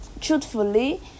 truthfully